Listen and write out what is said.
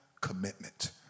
commitment